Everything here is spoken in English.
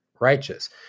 righteous